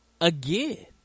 again